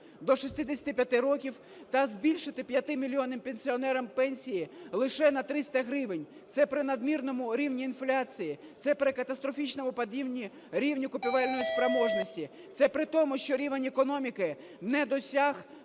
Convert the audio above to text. до 65 років та збільшити 5 мільйонам пенсіонерів пенсії лише на 300 гривень. Це при надмірному рівні інфляції. Це при катастрофічному падінні рівня купівельної спроможності. Це при тому, що рівень економіки не досяг